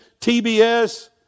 TBS